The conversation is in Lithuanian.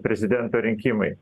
prezidento rinkimai